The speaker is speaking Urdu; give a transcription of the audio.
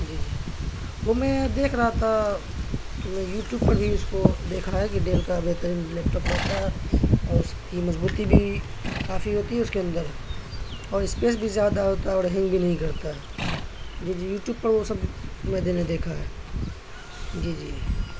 جی جی وہ میں دیکھ رہا تھا تو میں یوٹیوب پر بھی اس کو دیکھا ہے کہ ڈیل کا بہترین لیپ ٹاپ رہتا ہے اور اس کی مضبوطی بھی کافی ہوتی ہے اس کے اندر اور اسپیس بھی زیادہ ہوتا ہے اور ہینگ بھی نہیں کرتا جی جی یوٹیوب پر وہ سب میں نے دیکھا ہے جی جی